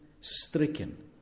stricken